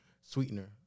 Sweetener